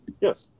Yes